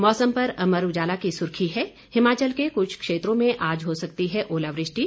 मौसम पर अमर उजाला की सुर्खी है हिमाचल के कुछ क्षेत्रों में आज हो सकती है ओलावृष्टि